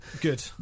Good